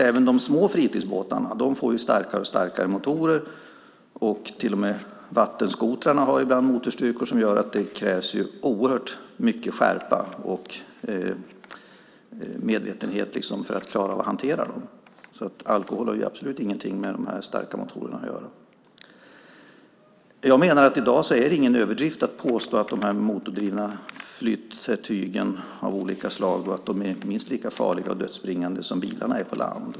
Även de små fritidsbåtarna får starkare och starkare motorer. Till och med vattenskotrarna har ibland motorstyrkor som kräver stor skärpa och medvetenhet för att man ska klara av att hantera dem. Alkohol har absolut inget med dessa starka motorer att göra. I dag är det ingen överdrift att påstå att motordrivna flytetyg av olika slag är minst lika farliga och dödsbringande som bilar.